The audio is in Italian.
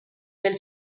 del